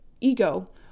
ego